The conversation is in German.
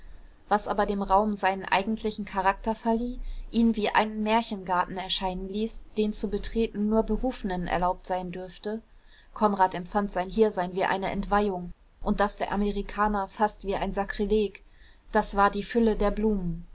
was aber dem raum seinen eigentlichen charakter verlieh ihn wie einen märchengarten erscheinen ließ den zu betreten nur berufenen erlaubt sein dürfte konrad empfand sein hiersein wie eine entweihung und das der amerikaner fast wie ein sakrileg das war die fülle der blumen